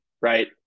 right